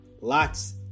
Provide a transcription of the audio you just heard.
Lots